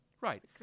right